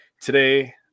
Today